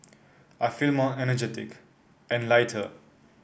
I feel more energetic and lighter